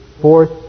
fourth